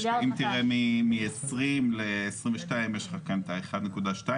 אם תראה מ-2020 ל-2022 יש לך כאן את ה- 1.2,